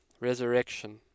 resurrection